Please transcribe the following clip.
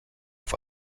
auf